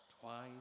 twice